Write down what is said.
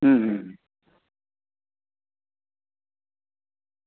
હમ